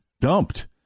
dumped